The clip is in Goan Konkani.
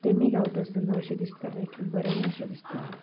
ते गायता आसतना अशें दिसतालें की बरेशें दिसतालें